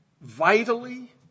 vitally